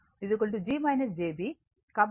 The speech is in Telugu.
కాబట్టి I V g jb